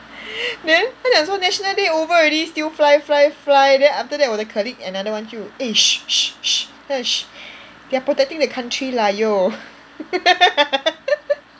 then 他讲说 National Day over already still fly fly fly then after that 我的 colleague another one 就 eh shh shh shh shh they are are protecting the country lah !aiyo!